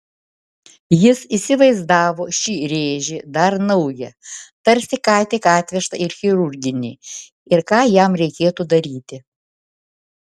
jis įsivaizdavo šį rėžį dar naują tarsi ką tik atvežtą į chirurginį ir ką jam reikėtų daryti